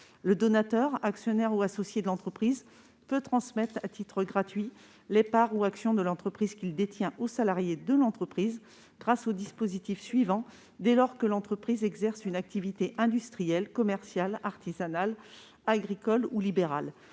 Le donateur, actionnaire ou associé de l'entreprise, peut transmettre à titre gratuit les parts ou actions de l'entreprise qu'il détient aux salariés de l'entreprise grâce au dispositif suivant : dès lors que l'entreprise exerce une activité industrielle, commerciale, artisanale, agricole ou libérale,